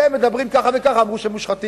כי הם מדברים ככה וככה, אז אמרו שהם מושחתים.